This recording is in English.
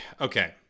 Okay